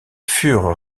furent